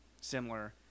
similar